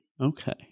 Okay